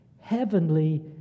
heavenly